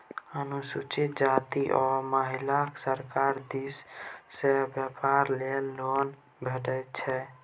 अनुसूचित जाती आ महिलाकेँ सरकार दिस सँ बेपार लेल लोन भेटैत छै